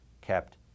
kept